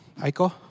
Aiko